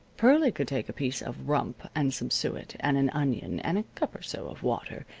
pearlie could take a piece of rump and some suet and an onion and a cup or so of water,